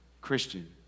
Christian